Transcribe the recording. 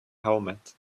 helmet